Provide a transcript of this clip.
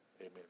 amen